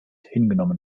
hingenommen